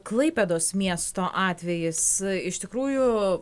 klaipėdos miesto atvejis iš tikrųjų